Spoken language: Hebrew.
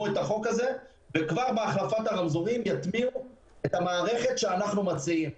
את החוק הזה וכבר בהחלפת הרמזורים יטמיעו את המערכת שאנחנו מציעים.